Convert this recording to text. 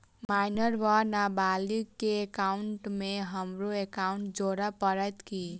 Minor वा नबालिग केँ एकाउंटमे हमरो एकाउन्ट जोड़य पड़त की?